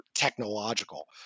technological